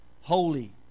holy